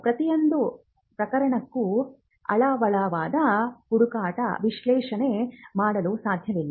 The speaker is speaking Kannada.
ಪ್ರತಿಯೊಂದು ಪ್ರಕರಣಕ್ಕೂ ಆಳವಾದ ಹುಡುಕಾಟ ವಿಶ್ಲೇಷಣೆ ಮಾಡಲು ಸಾಧ್ಯವಿಲ್ಲ